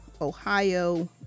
Ohio